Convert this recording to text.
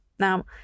Now